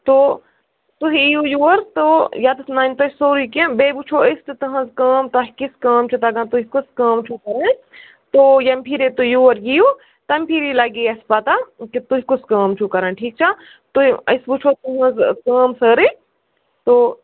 تۄ تُہۍ یِیِو یور تو یَتتھ ننہِ تۄہہِ سورٕے کیٚنٛہہ بیٚیہِ وُچھو أسۍ تہِ تٕہنٛزۍ کٲم تۄہہِ کِژھ کٲم چھِ تگان تُہۍ کۄس کٲم چھِو کَران تو ییٚمہِ پھِر تۄہہِ یورِ یِیِو تَمہِ فھرِ لگی اَسہِ پتاہ کہِ تۄہہِ کُس کٲم چھو کَران ٹھیٖک چھا تۄہہِ أسۍ وٕچھو تُہنٛز کٲم سٲری تو